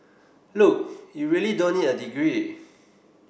look you really don't need a degree